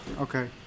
Okay